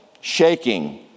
shaking